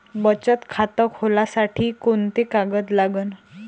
बचत खात खोलासाठी कोंते कागद लागन?